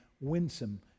winsome